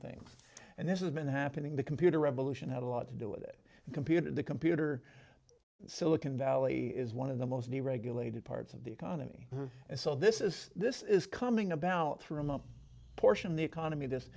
things and this is been happening the computer revolution had a lot to do it the computer the computer silicon valley is one of the most deregulated parts of the economy and so this is this is coming about through most portion of the economy this